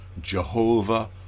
Jehovah